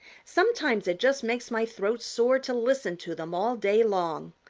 sometimes it just makes my throat sore to listen to them all day long.